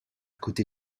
côté